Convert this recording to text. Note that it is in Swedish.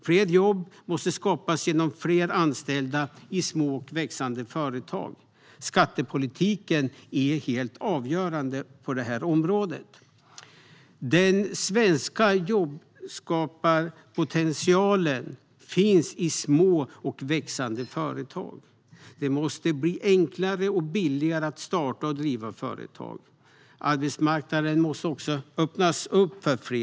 Fler jobb måste skapas genom fler anställda i små och växande företag. Skattepolitiken är helt avgörande på detta område. Den svenska jobbskaparpotentialen finns i små och växande företag. Det måste bli enklare och billigare att starta och driva företag. Arbetsmarknaden måste också öppnas upp för fler.